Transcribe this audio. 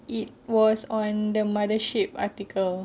it was on the mothership article